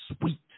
sweet